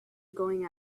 going